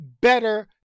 better